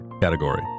category